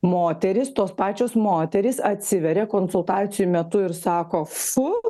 moterys tos pačios moterys atsiveria konsultacijų metu ir sako fu